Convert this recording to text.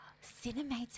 cinemas